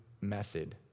method